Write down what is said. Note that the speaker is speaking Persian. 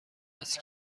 است